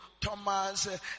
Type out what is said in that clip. Thomas